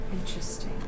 interesting